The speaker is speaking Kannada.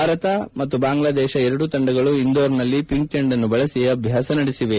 ಭಾರತ ಮತ್ತು ಬಾಂಗ್ಲಾ ದೇಶ ಎರಡೂ ತಂಡಗಳು ಇಂದೋರ್ನಲ್ಲಿ ಪಿಂಕ್ ಚಂಡನ್ನು ಬಳಸಿ ಅಭ್ಯಾಸ ನಡೆಸಿವೆ